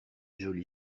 jolie